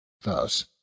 Thus